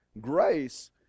grace